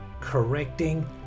correcting